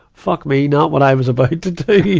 fuck me, not what i was about to do!